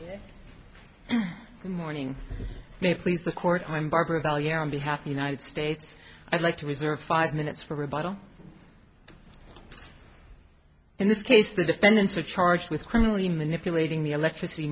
morning may please the court i'm barbara value on behalf of united states i'd like to reserve five minutes for rebuttal in this case the defendants are charged with criminally manipulating the electricity